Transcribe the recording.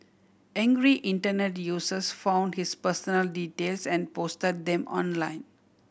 angry Internet users found his personal details and post them online